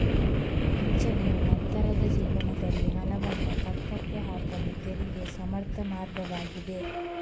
ಪಿಂಚಣಿಯು ನಂತರದ ಜೀವನದಲ್ಲಿ ಹಣವನ್ನು ಪಕ್ಕಕ್ಕೆ ಹಾಕಲು ತೆರಿಗೆ ಸಮರ್ಥ ಮಾರ್ಗವಾಗಿದೆ